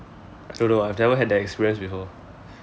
I don't know I've never had that experience before